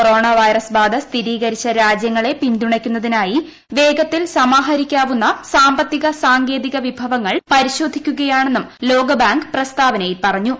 corona virus ബാധ സ്ഥിരീകരിച്ച രാജ്യങ്ങളെ പിന്തുണയ്ക്കുന്നതിനായി വേഗത്തിൽ സമാഹരിക്കാവുന്ന സാമ്പത്തിക സാങ്കേതിക വിഭവങ്ങൾ പരിശോധിക്കുകയാണെന്നും ലോകബാങ്ക് പ്രസ്താവനയിൽ പറഞ്ഞു